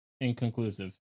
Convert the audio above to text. inconclusive